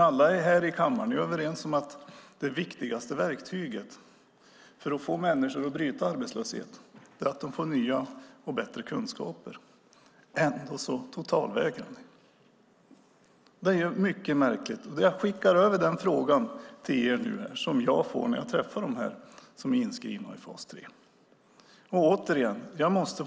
Alla här i kammaren är överens om att det viktigaste verktyget för att få människor att bryta arbetslösheten är att de får nya och bättre kunskaper. Ändå totalvägrar ni. Det är mycket märkligt. Den fråga som jag får när jag träffar dem som är inskrivna i fas 3 skickar jag över till er.